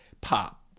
pop